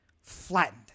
flattened